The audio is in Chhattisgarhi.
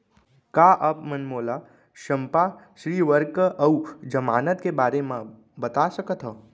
का आप मन मोला संपार्श्र्विक अऊ जमानत के बारे म बता सकथव?